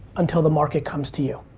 until the market comes to you.